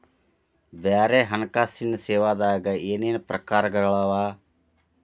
ಬ್ಯಾರೆ ಹಣ್ಕಾಸಿನ್ ಸೇವಾದಾಗ ಏನೇನ್ ಪ್ರಕಾರ್ಗಳವ?